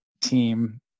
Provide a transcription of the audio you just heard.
team